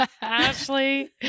Ashley